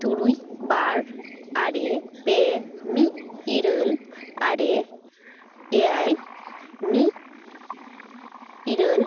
ᱛᱩᱨᱩᱭ ᱵᱟᱨ ᱟᱨᱮ ᱯᱮ ᱢᱤᱫ ᱤᱨᱟᱹᱞ ᱟᱨᱮ ᱮᱭᱟᱭ ᱢᱤᱫ ᱤᱨᱟᱹᱞ